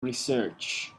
research